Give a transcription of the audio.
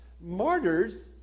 martyrs